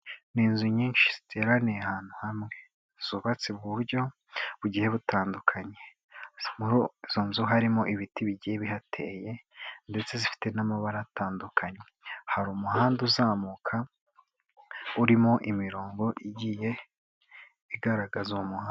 Ni inzu nyinshi ziteraniye ahantu hamwe, zubatse mu buryo bugiye butandukanye. Muri izo nzu harimo ibiti bigiye bihateye, ndetse zifite n'amabara atandukanye. Hari umuhanda uzamuka, urimo imirongo igiye igaragaza uwo muha...